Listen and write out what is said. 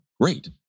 great